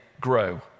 grow